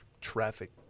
traffic